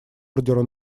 ордеру